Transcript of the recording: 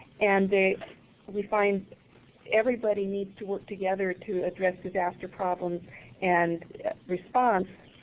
and we find that everybody needs to work together to address disaster problems and response,